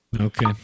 Okay